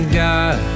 god